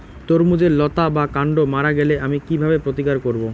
তরমুজের লতা বা কান্ড মারা গেলে আমি কীভাবে প্রতিকার করব?